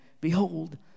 Behold